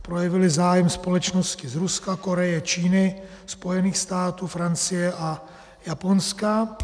Projevily zájem společnosti z Ruska, Koreje, Číny, Spojených států, Francie a Japonska.